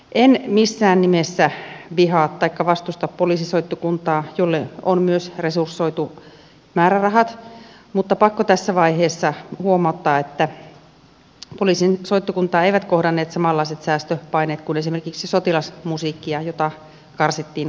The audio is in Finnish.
en missään nimessä vihaa taikka vastusta poliisisoittokuntaa jolle on myös resursoitu määrärahat mutta on pakko tässä vaiheessa huomauttaa että poliisin soittokuntaa eivät kohdanneet samanlaiset säästöpaineet kuin esimerkiksi sotilasmusiikkia jota karsittiin rajulla kädellä